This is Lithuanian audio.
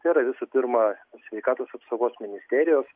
tai yra visų pirma sveikatos apsaugos ministerijos